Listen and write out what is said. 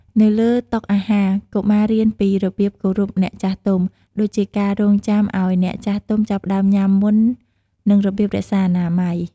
នៅលើតុអាហារ កុមាររៀនពីរបៀបគោរពអ្នកចាស់ទុំ ដូចជាការរង់ចាំឱ្យអ្នកចាស់ទុំចាប់ផ្តើមញ៉ាំមុន និងរបៀបរក្សាអនាម័យ។